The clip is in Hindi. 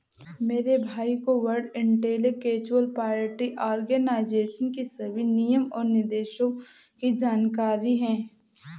मेरे भाई को वर्ल्ड इंटेलेक्चुअल प्रॉपर्टी आर्गेनाईजेशन की सभी नियम और निर्देशों की जानकारी है